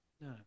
No